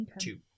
two